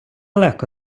легко